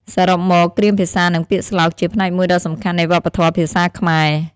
សរុបមក គ្រាមភាសានិងពាក្យស្លោកជាផ្នែកមួយដ៏សំខាន់នៃវប្បធម៌ភាសាខ្មែរ។